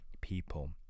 people